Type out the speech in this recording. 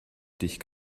dich